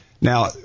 Now